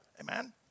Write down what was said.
Amen